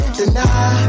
deny